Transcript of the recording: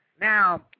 Now